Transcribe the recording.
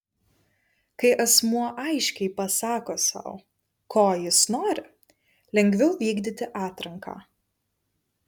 kai asmuo aiškiai pasako sau ko jis nori lengviau vykdyti atranką